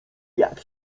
jak